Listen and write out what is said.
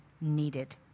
needed